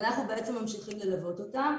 אבל אנחנו ממשיכים ללוות אותם.